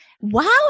wow